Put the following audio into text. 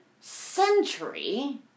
century